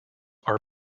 are